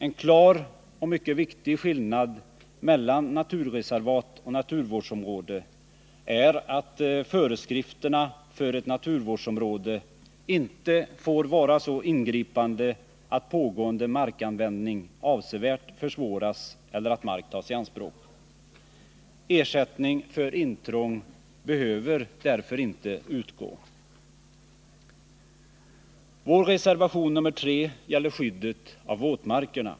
En klar och mycket viktig skillnad mellan naturreservat Torsdagen den och naturvårdsområde är att föreskrifterna för ett naturvårdsområde inte får 13 december 1979 vara så ingripande att pågående markanvändning avsevärt försvåras eller att mark tas i anspråk. Ersättning för intrång behöver därför inte utgå. Vår reservation 3 gäller skyddet av våtmarkerna.